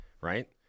right